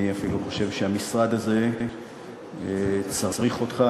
אני אפילו חושב שהמשרד הזה צריך אותך.